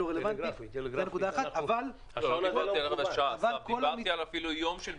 לא דיברתי על רבע שעה, דיברתי על יום של בידוד.